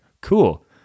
cool